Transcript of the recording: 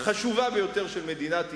החשובה ביותר של מדינת ישראל,